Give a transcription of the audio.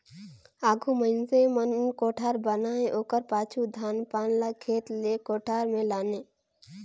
आघु मइनसे मन कोठार बनाए ओकर पाछू धान पान ल खेत ले कोठार मे लाने